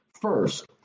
First